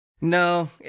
No